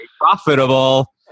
profitable